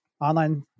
online